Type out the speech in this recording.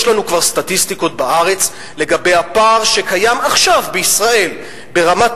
יש לנו כבר סטטיסטיקות בארץ לגבי הפער שקיים עכשיו בישראל ברמת